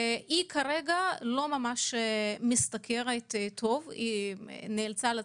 היא כרגע לא ממש משתכרת טוב, היא גמלאית יותר